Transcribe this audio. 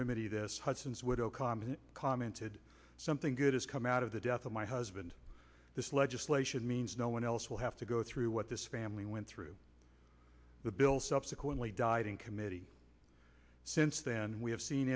remedial this hudson's widow common commented something good has come out of the death of my husband this legislation means no one else will have to go through what this family went through the bill subsequently died in committee since then we have seen